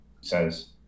Says